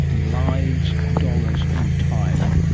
in lives, dollars and time.